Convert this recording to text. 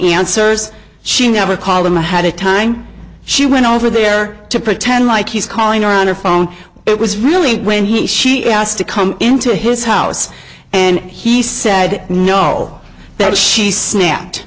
answers she never called him ahead of time she went over there to pretend like he's calling her on her phone it was really when he she asked to come into his house and he said no that she snapped